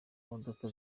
modoka